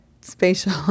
spatial